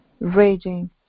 raging